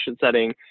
setting